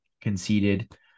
conceded